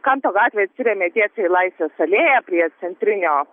kanto gatvė atsiremia tiesiai į laisvės alėją prie centrinio